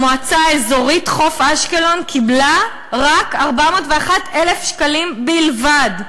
המועצה האזורית חוף-אשקלון קיבלה 401,000 שקלים בלבד.